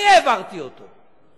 אני העברתי אותו.